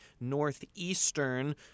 northeastern